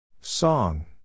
song